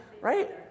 right